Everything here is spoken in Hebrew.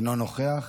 אינו נוכח,